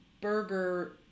burger